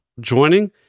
joining